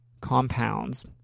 compounds